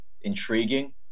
intriguing